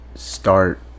Start